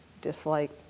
dislike